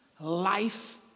life